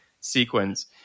sequence